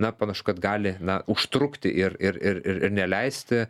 na panašu kad gali na užtrukti ir ir ir ir ir neleisti